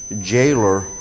jailer